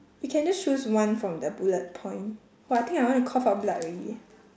you can just choose one from the bullet point !wah! I think I want to cough up blood already